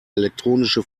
elektronische